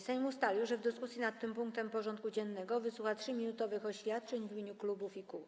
Sejm ustalił, że w dyskusji nad tym punktem porządku dziennego wysłucha 3-minutowych oświadczeń w imieniu klubów i kół.